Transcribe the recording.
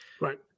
Right